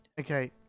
Okay